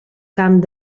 camp